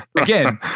again